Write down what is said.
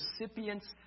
recipients